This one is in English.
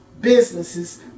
businesses